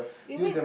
you mean